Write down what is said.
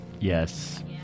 Yes